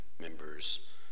members